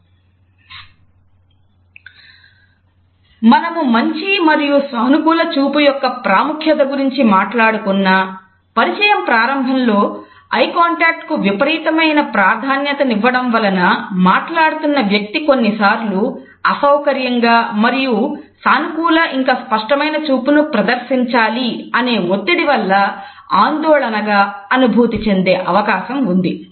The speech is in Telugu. " మనము మంచి మరియు సానుకూల చూపు యొక్క ప్రాముఖ్యత గురించి మాట్లాడుకున్నా పరిచయం ప్రారంభంలో ఐకాంటాక్ట్ కు విపరీతమైన ప్రాధాన్యతనివ్వడం వలన మాట్లాడుతున్న వ్యక్తి కొన్నిసార్లు అసౌకర్యంగా మరియు సానుకూల ఇంకా స్పష్టమైన చూపును ప్రదర్శించాలి అనే ఒత్తిడి వల్ల ఆందోళనగా అనుభూతి చెందే అవకాశం ఉంది